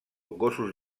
gossos